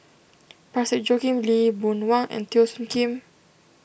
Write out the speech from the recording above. Parsick Joaquim Lee Boon Wang and Teo Soon Kim